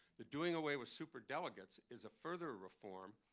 the doing away with super delegates is a further reform.